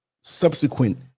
subsequent